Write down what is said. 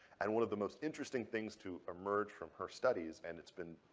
and one of the most interesting things to emerge from her studies, and it's been